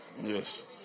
Yes